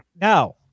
Now